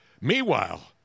Meanwhile